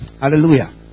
Hallelujah